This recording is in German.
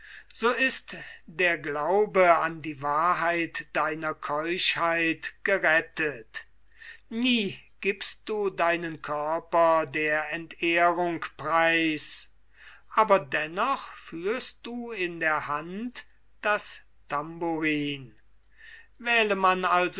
so ist die wahrheit deiner keuschheit gerettet nie gibst du deinen körper der entehrung preis aber führst du in der hand das tambourin wähle man